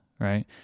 right